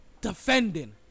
defending